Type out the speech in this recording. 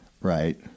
right